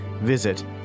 Visit